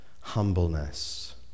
humbleness